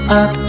up